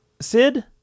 Sid